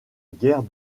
guerre